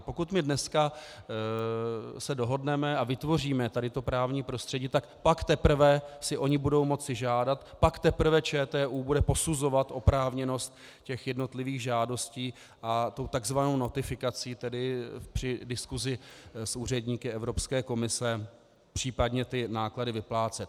Pokud se dneska dohodneme a vytvoříme právní prostředí, pak teprve si oni budou moci žádat, pak teprve ČTÚ bude posuzovat oprávněnost jednotlivých žádostí a takzvanou notifikací, tedy při diskusi s úředníky Evropské komise, případně náklady vyplácet.